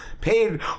paid